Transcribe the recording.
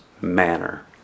manner